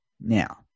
Now